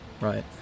right